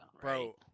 bro